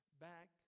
back